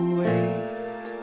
wait